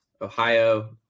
Ohio